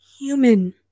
human